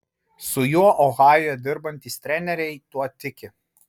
su juo ohajuje dirbantys treneriai tuo tiki